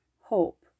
hope